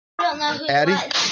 addy